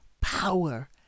power